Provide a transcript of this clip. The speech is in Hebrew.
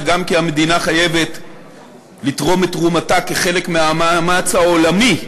וגם כי המדינה חייבת לתרום את תרומתה כחלק מהמאמץ העולמי